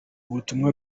butumwa